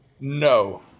No